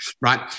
right